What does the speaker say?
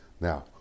Now